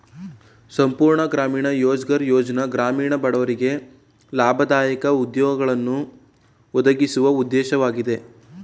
ಸಂಪೂರ್ಣ ಗ್ರಾಮೀಣ ರೋಜ್ಗಾರ್ ಯೋಜ್ನ ಗ್ರಾಮೀಣ ಬಡವರಿಗೆ ಲಾಭದಾಯಕ ಉದ್ಯೋಗಗಳನ್ನು ಒದಗಿಸುವ ಉದ್ದೇಶವಾಗಿದೆ